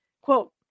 Quote